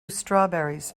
strawberries